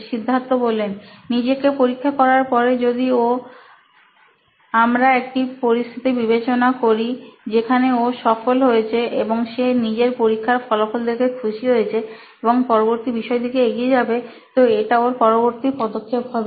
সিদ্ধার্থ নিজেকে পরীক্ষা করার পরে যদি ও আমরা একটা পরিস্থিতি বিবেচনা করে যেখানে ও সফল হয়েছে এবং সে নিজের পরীক্ষার ফলাফল দেখে খুশি হয়েছে এবং পরবর্তী বিষয়ের দিকে এগিয়ে যাবে তো এটা ওর পরবর্তী পদক্ষেপ হবে